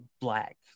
black